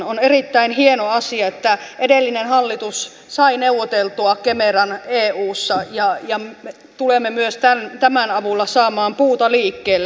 on erittäin hieno asia että edellinen hallitus sai neuvoteltua kemeran eussa ja tulemme myös tämän avulla saamaan puuta liikkeelle